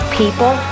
people